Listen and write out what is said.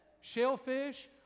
shellfish